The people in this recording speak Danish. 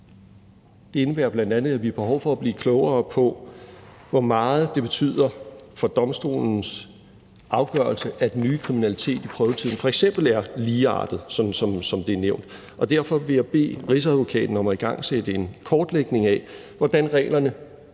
Det indebærer bl.a., at vi har behov for at blive klogere på, hvor meget det betyder for domstolens afgørelse, at den nye kriminalitet i prøvetiden f.eks. er ligeartet, sådan som det er nævnt. Derfor vil jeg bede Rigsadvokaten om at igangsætte en kortlægning af, hvordan reglerne